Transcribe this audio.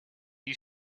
you